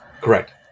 Correct